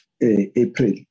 April